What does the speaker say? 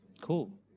Cool